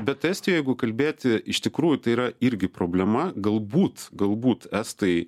bet estijoj jeigu kalbėti iš tikrųjų tai yra irgi problema galbūt galbūt estai